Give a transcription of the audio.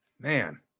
Man